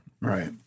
Right